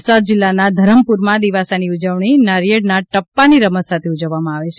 વલસાડ જિલ્લાના ધરમપુરમાં દિવાસાની ઉજવણી નારીયેળના ટપ્પાની રમત સાથે ઉજવવામાં આવે છે